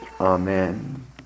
Amen